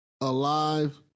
alive